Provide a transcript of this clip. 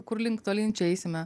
kur link tolyn čia eisime